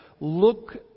look